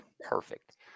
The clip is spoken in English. Perfect